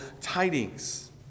tidings